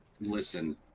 listen